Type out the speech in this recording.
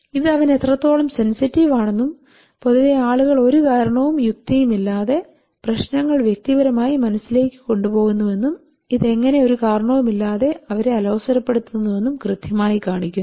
ഇത് അവൻ എത്രത്തോളം സെൻസിറ്റീവ് ആണെന്നും പൊതുവെ ആളുകൾ ഒരു കാരണവും യുക്തിയും ഇല്ലാതെ പ്രശ്നങ്ങൾ വ്യക്തിപരമായി മനസ്സിലേക്ക് കൊണ്ടുപോകുന്നുവെന്നും ഇത് എങ്ങിനെ ഒരു കാരണവുമില്ലാതെ അവരെ അലോസരപ്പെടുത്തുന്നുവെന്നും കൃത്യമായി കാണിക്കുന്നു